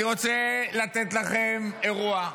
אני רוצה לתת לכם אירוע,